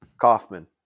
kaufman